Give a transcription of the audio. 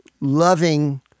loving